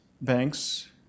Banks